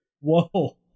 Whoa